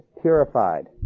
purified